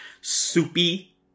soupy